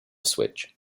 switch